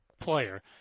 player